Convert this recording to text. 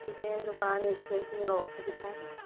সেইটো কাৰণে ষ্টুডেণ্টছখিনিৰ অসুবিধায়েই হয়